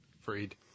Freed